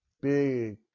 big